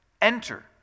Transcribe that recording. enter